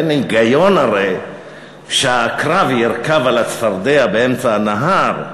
אין היגיון הרי שהעקרב יעקוץ את הצפרדע באמצע הנהר.